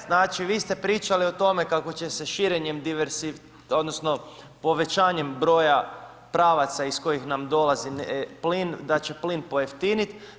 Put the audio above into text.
Znači vi ste pričali o tome kako će se širenjem, odnosno povećanjem broja pravaca iz kojih nam dolazi plin da će plin pojeftiniti.